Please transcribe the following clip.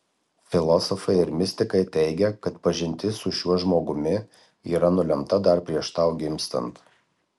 filosofai ir mistikai teigia kad pažintis su šiuo žmogumi yra nulemta dar prieš tau gimstant